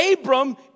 Abram